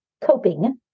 coping